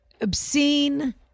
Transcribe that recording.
obscene